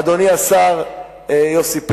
אדוני השר יוסי פלד.